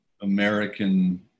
American